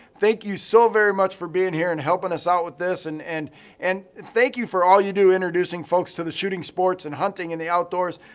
thank you so very much for being here and helping us out with this and and thank you for all you do, introducing folks to the shooting sports and hunting and the outdoors.